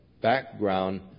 background